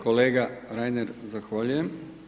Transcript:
Kolega Reiner, zahvaljujem.